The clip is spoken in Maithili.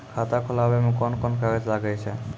खाता खोलावै मे कोन कोन कागज लागै छै?